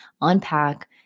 unpack